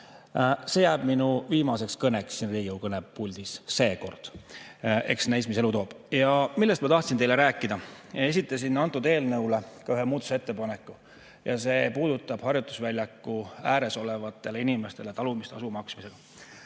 See jääb minu viimaseks kõneks siin Riigikogu kõnepuldis seekord. Eks näis, mis elu toob. Millest ma tahtsin teile rääkida? Esitasin antud eelnõu kohta ka ühe muudatusettepaneku. See puudutab harjutusvälja [lähedal] elavatele inimestele talumistasu maksmist.